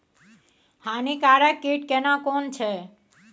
हानिकारक कीट केना कोन छै?